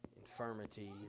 infirmity